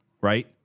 Right